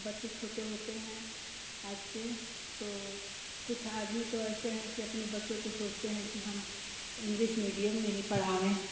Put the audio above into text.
बच्चे छोटे होते हैं आज के तो कुछ आदमी तो ऐसे हैं कि अपने बच्चों को सोचते हैं कि हम इंग्लिश मीडियम में ही पढ़ावें